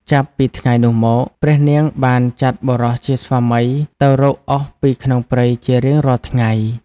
ចាប់ពីថ្ងៃនោះមក ព្រះនាងបានចាត់បុរសជាស្វាមីទៅរកអុសពីក្នុងព្រៃជារៀងរាល់ថ្ងៃ។